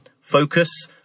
focus